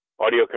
audio